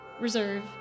Reserve